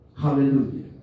Hallelujah